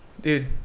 dude